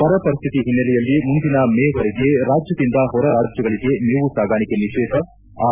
ಬರಪರಿಸ್ತಿತಿ ಹಿನ್ನೆಲೆಯಲ್ಲಿ ಮುಂದಿನ ಮೇ ವರೆಗೆ ರಾಜ್ಯದಿಂದ ಹೊರ ರಾಜ್ಯಗಳಿಗೆ ಮೇವು ಸಾಗಾಣಿಕೆ ನಿಷೇಧ ಆರ್